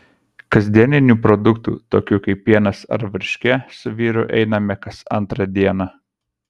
kasdienių produktų tokių kaip pienas ar varškė su vyru einame kas antrą dieną